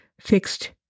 fixed